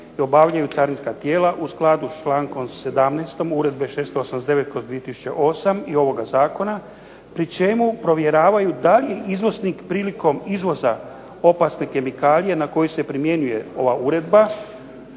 te obavljaju carinska tijela u skladu s čl. 17. Uredbe 689/2008. i ovoga zakona pri čemu provjeravaju da li izvoznik prilikom izvoza opasne kemikalije na koju se primjenjuje ova uredba